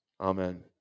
Amen